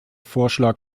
vorschlag